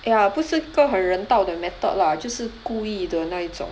ya 不是说很人道的 method lah 就是故意的那一种